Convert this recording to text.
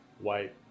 white